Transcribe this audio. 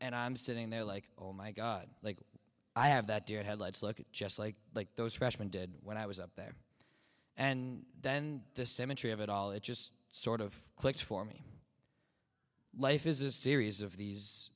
and i'm sitting there like oh my god like i have that deer in headlights look at just like like those freshman did when i was up there and then the symmetry of it all it just sort of clicked for me life is a series of these